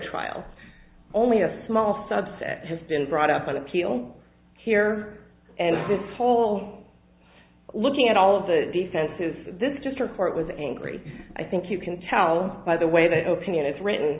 trial only a small subset has been brought up on appeal here and this whole looking at all of the defenses this district court was angry i think you can tell by the way the open units written